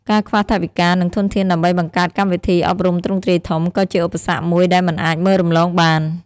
ការខ្វះថវិកានិងធនធានដើម្បីបង្កើតកម្មវិធីអប់រំទ្រង់ទ្រាយធំ ក៏ជាឧបសគ្គមួយដែលមិនអាចមើលរំលងបាន។